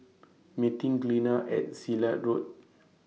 meeting Glenna At Silat Road